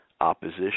opposition